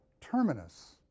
terminus